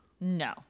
No